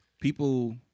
people